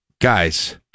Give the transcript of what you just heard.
guys